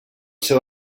seu